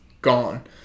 gone